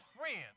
friend